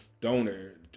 donor